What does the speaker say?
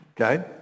Okay